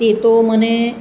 તે તો મને